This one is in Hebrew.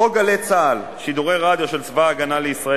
חוק "גלי צה"ל" שידורי רדיו של צבא-הגנה לישראל